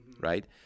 right